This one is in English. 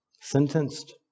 sentenced